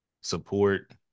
support